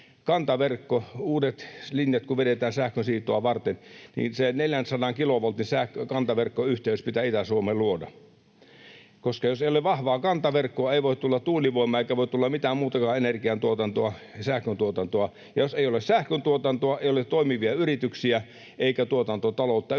uudet linjat vedetään sähkönsiirtoa varten, niin se 400 kilovoltin kantaverkkoyhteys pitää Itä-Suomeen luoda, koska jos ei ole vahvaa kantaverkkoa, ei voi tulla tuulivoimaa eikä voi tulla mitään muutakaan energiantuotantoa, sähköntuotantoa. Jos ei ole sähköntuotantoa, ei ole toimivia yrityksiä eikä tuotantotaloutta yleensäkään,